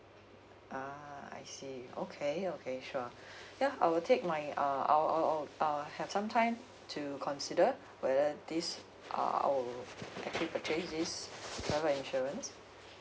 uh I see okay okay sure ya I will take my uh I'll I'll uh have some time to consider whether this uh I'll purchase this travel insurance